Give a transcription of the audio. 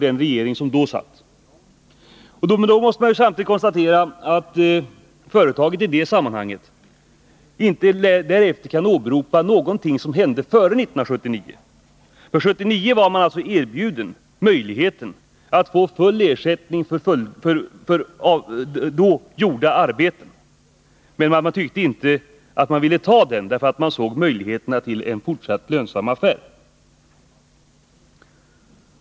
Man måste då konstatera att företaget inte därefter kan åberopa något som hände före 1979. År 1979 var man alltså erbjuden möjligheter att få full ersättning för då gjorda arbeten, men man ville inte utnyttja det erbjudandet, eftersom man såg möjligheter till en fortsatt lönsam affär.